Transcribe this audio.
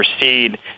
proceed